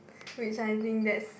which I think that's